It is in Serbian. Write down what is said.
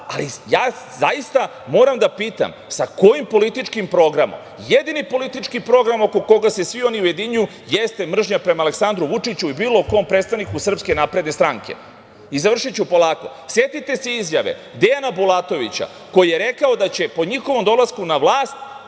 ali ja zaista moram da pitam – sa kojim političkim programom? Jedini politički program oko koga se vi oni ujedinjuju jeste mržnja prema Aleksandru Vučiću i bilo kom predstavniku SNS.Završiću polako, setite se izjave Dejana Bulatovića koji je rekao da će po njihovom dolasku na vlast